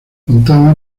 contaba